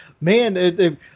man